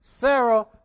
Sarah